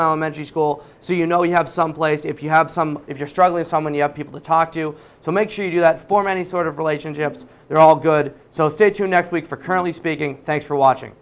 elementary school so you know you have someplace if you have some if you're struggling some when you have people to talk to so make sure you do that for many sort of relationships they're all good so stay tuned next week for currently speaking thanks for watching